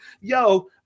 yo